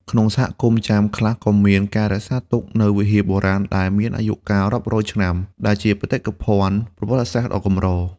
ក្នុងសហគមន៍ចាមខ្លះ ក៏មានការរក្សាទុកនូវវិហារបុរាណដែលមានអាយុកាលរាប់រយឆ្នាំ ដែលជាបេតិកភណ្ឌប្រវត្តិសាស្ត្រដ៏កម្រ។